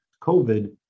COVID